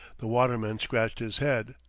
the waterman scratched his head.